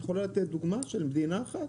את יכולה לתת דוגמה של מדינה אחת?